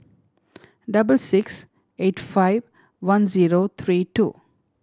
double six eight five one zero three two